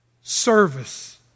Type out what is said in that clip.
service